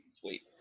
sweet